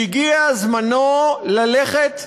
שהגיע זמנו ללכת לעולמו,